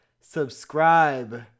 subscribe